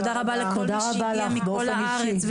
תודה רבה לכל מי שהגיע מכל הארץ,